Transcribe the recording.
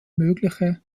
mögliche